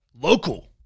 local